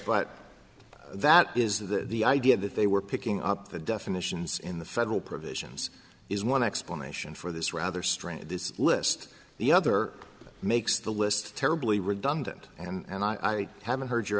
but that is that the idea that they were picking up the definitions in the federal provisions is one explanation for this rather strange this list the other makes the list terribly redundant and i haven't heard your